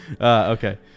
Okay